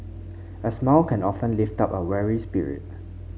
a smile can often lift up a weary spirit